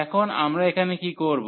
এখন আমরা এখানে কি করব